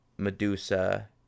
medusa